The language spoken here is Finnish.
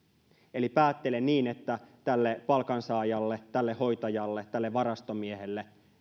eli päättelen niin että tälle palkansaajalle tälle hoitajalle tälle varastomiehelle